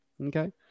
Okay